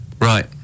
Right